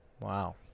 Wow